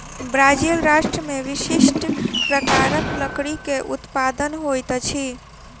Brazil राष्ट्र में विशिष्ठ प्रकारक लकड़ी के उत्पादन होइत अछि